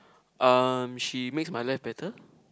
um she makes my life better